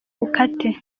ukate